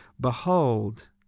behold